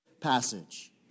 passage